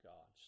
God